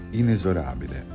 inesorabile